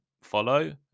follow